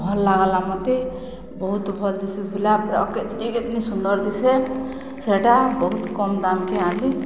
ଭଲ ଲାଗିଲା ମୋତେ ବହୁତ ଭଲ ଦିଶୁଥିଲା ସୁନ୍ଦର ଦିଶେ ସେଟା ବହୁତ କମ୍ ଦାମ୍ରେ ଆଣିଥିଲି